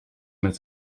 met